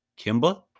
Kimba